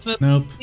Nope